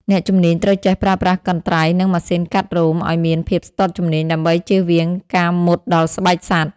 អ្នកជំនាញត្រូវចេះប្រើប្រាស់កន្ត្រៃ និងម៉ាស៊ីនកាត់រោមឱ្យមានភាពស្ទាត់ជំនាញ ដើម្បីចៀសវាងការមុតដល់ស្បែកសត្វ។